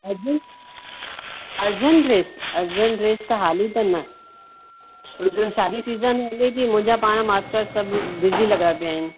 urgent urgent dress urgent dress त हाली त न छोजो शादी सीज़न हले थी मुंहिंजा पाण मास्टर सभु बिज़ी लॻा पिया आहिनि